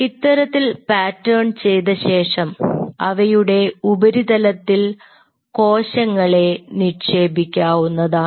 ഇത്തരത്തിൽ പാറ്റേൺ ചെയ്തശേഷം അവയുടെ ഉപരിതലത്തിൽ കോശങ്ങളെ നിക്ഷേപിക്കാവുന്നതാണ്